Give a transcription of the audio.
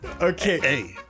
Okay